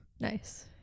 nice